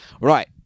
Right